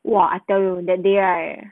!wah! I tell you that day right